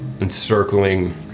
encircling